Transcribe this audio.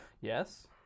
Yes